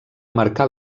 marcar